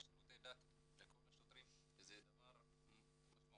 שירותי דת לכל השוטרים וזה דבר משמעותי.